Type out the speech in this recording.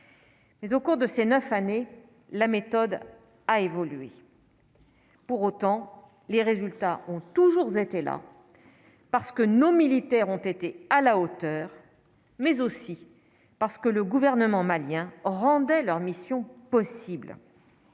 mais au cours de ces 9 années, la méthode a évolué. Pour autant, les résultats ont toujours été là parce que nos militaires ont été à la hauteur, mais aussi parce que le gouvernement malien rendait leur mission possible.